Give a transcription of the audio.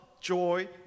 joy